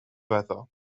weather